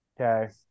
okay